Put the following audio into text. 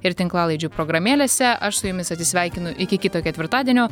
ir tinklalaidžių programėlėse aš su jumis atsisveikinu iki kito ketvirtadienio